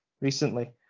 recently